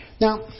Now